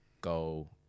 go